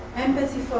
empathy